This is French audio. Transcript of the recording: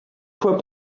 fois